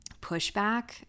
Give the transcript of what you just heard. pushback